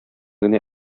генә